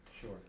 Sure